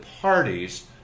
parties